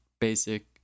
basic